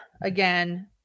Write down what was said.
again